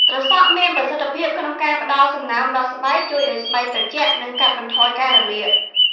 ត្រសក់មានប្រសិទ្ធភាពក្នុងការផ្តល់សំណើមដល់ស្បែក ជួយឲ្យស្បែកត្រជាក់ និងកាត់បន្ថយការរលាក។